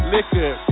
Liquor